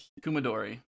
Kumadori